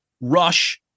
Rush